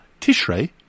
Tishrei